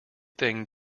thing